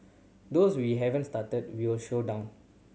those we haven't started we'll slow down